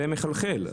זה מחלחל.